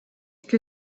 que